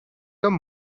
comme